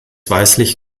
weißlich